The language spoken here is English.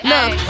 Look